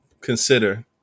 consider